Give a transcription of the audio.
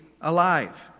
alive